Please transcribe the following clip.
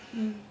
mm